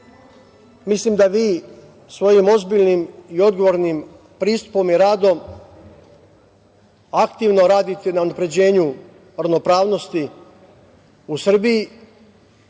Mislim da vi svojim ozbiljnim i odgovornim pristupom i radom aktivno radite na unapređenju ravnopravnosti u Srbiji.